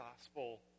gospel